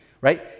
right